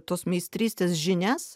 tos meistrystės žinias